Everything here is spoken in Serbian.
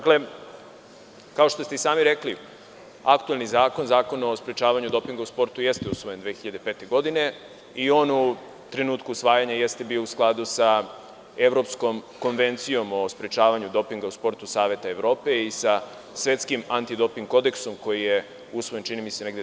Kao što ste i sami rekli, aktuelni Zakon o sprečavanju dopinga u sportu jeste usvojen 2005. godine i on u trenutku usvajanje jeste bio u skladu sa Evropskom konvencijom o sprečavanju dopinga u sportu Saveta Evrope i sa Svetskim antidoping kodeksom, koji je usvojen, čini mi se, 2003. godine.